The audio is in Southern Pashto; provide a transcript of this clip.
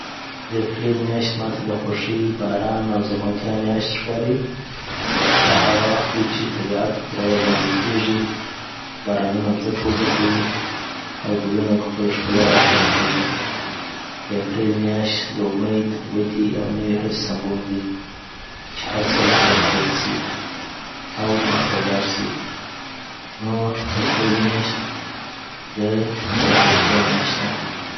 داپریل میاشت ماته د خوښۍ، باران او زرغونتیا میاشت ښکاري. دا هغه وخت دی چې طبیعت پوره را ژوندی کېږي، بارانونه مځکه اوبه کوي، او ګلونه پخپله ښکلا راښکاره کېږي. داپریل میاشت د امید، ودې او نوې هڅې سمبول دی .چې هر څه له سره پیل سي. اومخته ولاړ سی نو اپریل میاشت د سمسورتیا میاشت ده